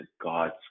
God's